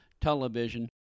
television